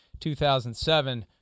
2007